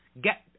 Get